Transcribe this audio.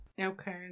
Okay